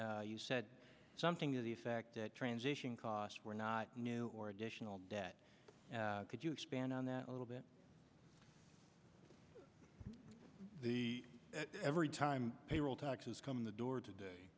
you said something to the effect that transition costs were not new or additional debt could you expand on that a little bit the every time payroll taxes come in the door